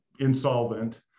insolvent